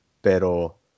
pero